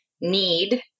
need